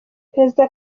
perezida